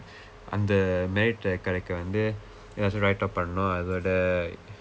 அந்த:andtha merit eh கிடைக்க வந்து ஏதோ:kidaikka vandthu eetho write-up பண்ணனும் அதோட:pannanum athooda